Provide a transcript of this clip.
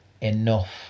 enough